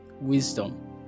Wisdom